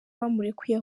bamurekuye